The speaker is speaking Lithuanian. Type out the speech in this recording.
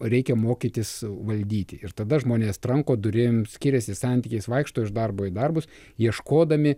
reikia mokytis valdyti ir tada žmonės tranko durim skiriasi santykiais vaikšto iš darbo į darbus ieškodami